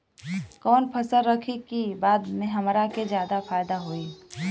कवन फसल रखी कि बाद में हमरा के ज्यादा फायदा होयी?